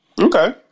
Okay